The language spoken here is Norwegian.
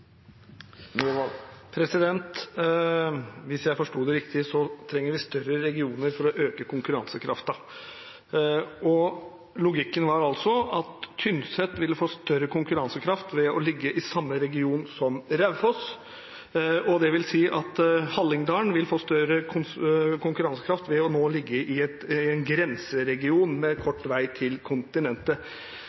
framover. Hvis jeg forsto det riktig, trenger vi større regioner for å øke konkurransekraften. Logikken var altså at Tynset ville få større konkurransekraft ved å ligge i samme region som Raufoss. Det vil si at Hallingdal vil få større konkurransekraft ved å ligge i en grenseregion med kort vei til kontinentet.